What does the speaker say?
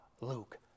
Luke